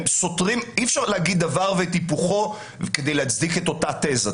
אי אפשר להגיד דבר ואת היפוכו כדי להצדיק את אותה תזה.